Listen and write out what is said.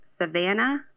Savannah